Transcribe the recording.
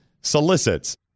solicits